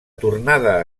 tornada